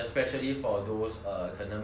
有钱的那些 family